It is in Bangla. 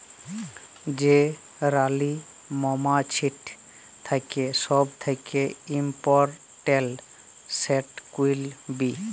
যে রালী মমাছিট থ্যাকে ছব থ্যাকে ইমপরট্যাল্ট, সেট কুইল বী